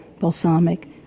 balsamic